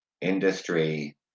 industry